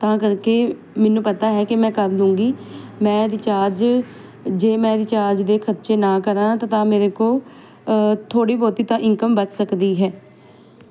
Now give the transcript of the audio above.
ਤਾਂ ਕਰਕੇ ਮੈਨੂੰ ਪਤਾ ਹੈ ਕਿ ਮੈਂ ਕਰ ਦੂਗੀ ਮੈਂ ਰਿਚਾਰਜ ਜੇ ਮੈਂ ਰੀਚਾਰਜ ਦੇ ਖਰਚੇ ਨਾ ਕਰਾਂ ਤਾਂ ਤਾਂ ਮੇਰੇ ਕੋਲ ਥੋੜੀ ਬਹੁਤੀ ਤਾਂ ਇਨਕਮ ਬਚ ਸਕਦੀ ਹੈ